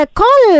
call